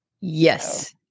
Yes